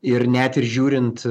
ir net ir žiūrint